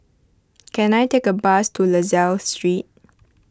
can I take a bus to La Salle Street